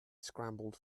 scrambled